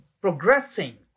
progressing